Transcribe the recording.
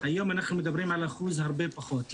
היום אנחנו מדברים על אחוז הרבה פחות.